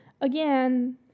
Again